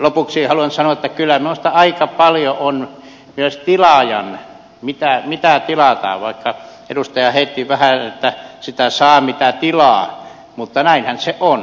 lopuksi haluan sanoa että kyllä noista aika paljon riippuu myös tilaajasta mitä tilataan vaikka edustaja heitti vähän että sitä saa mitä tilaa mutta näinhän se on